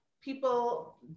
people